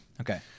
Okay